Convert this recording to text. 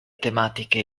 tematiche